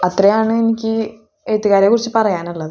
അത്രേയുമാണ് എനിക്ക് എഴുത്തുകാരെ കുറിച്ച് പറയാനുള്ളത്